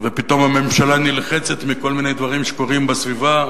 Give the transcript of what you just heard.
ופתאום הממשלה נלחצת מכל מיני דברים שקורים בסביבה,